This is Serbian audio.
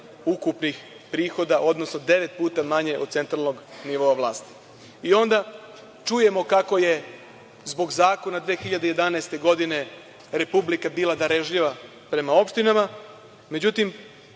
ukupnih prihoda, odnosno devet puta manje od centralnog nivoa vlasti. Onda čujemo kako je zbog zakona 2011. godine Republika bila darežljiva prema opštinama. Međutim,